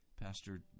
Pastor